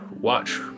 watch